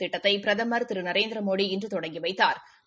திட்டத்தை பிரதமர் திரு நரேந்திர மோடி இன்று தொடங்கி வைத்தாா்